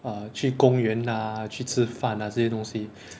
err 去公园 lah 去吃饭 ah 这些东西